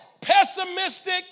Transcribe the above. pessimistic